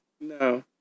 No